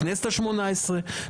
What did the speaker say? בכנסת השמונה עשרה,